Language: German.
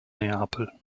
neapel